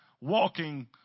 Walking